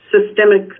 systemic